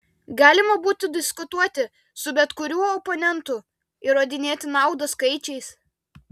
galima būtų diskutuoti su bet kuriuo oponentu įrodinėti naudą skaičiais